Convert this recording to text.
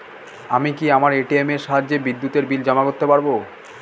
আমি কি আমার এ.টি.এম এর সাহায্যে বিদ্যুতের বিল জমা করতে পারব?